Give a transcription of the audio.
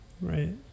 right